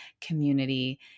community